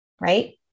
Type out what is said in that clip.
right